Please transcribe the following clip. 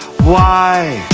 y,